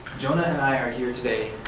jonah and i are here today,